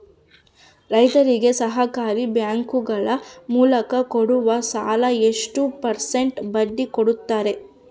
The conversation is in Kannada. ರೈತರಿಗೆ ಸಹಕಾರಿ ಬ್ಯಾಂಕುಗಳ ಮೂಲಕ ಕೊಡುವ ಸಾಲ ಎಷ್ಟು ಪರ್ಸೆಂಟ್ ಬಡ್ಡಿ ಕೊಡುತ್ತಾರೆ?